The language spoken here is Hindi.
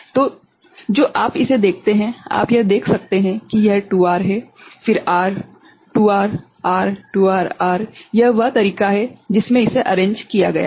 तो जो आप इसे देखते हैं आप यह देख सकते हैं कि यह 2R है फिर R 2R R 2R R यह वह तरीका है जिसमें इसे अरैंज किया गया है